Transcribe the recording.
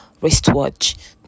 wristwatch